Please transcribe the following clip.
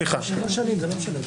שלוש שנים, זה לא משנה לו.